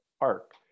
arc